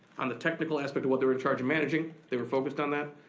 on the technical aspect of what they were charging managing, they were focused on that.